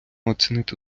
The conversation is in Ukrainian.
оцінити